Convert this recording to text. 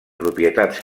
propietats